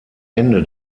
ende